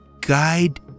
guide